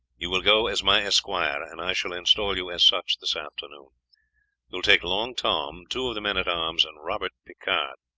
you will go as my esquire, and i shall install you as such this afternoon. you will take long tom, two of the men-at-arms, and robert picard,